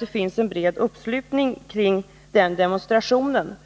det sker en bred uppslutning kring den demonstrationen.